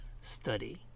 study